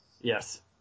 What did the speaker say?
Yes